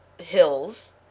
hills